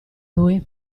lui